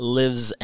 lives